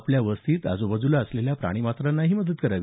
आपल्या वस्तीत आज्बाजूला असलेल्या प्राणीमात्रांनाही मदत करा